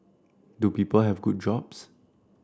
do people have good jobs